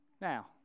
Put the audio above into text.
Now